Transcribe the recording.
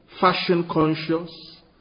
fashion-conscious